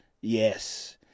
Yes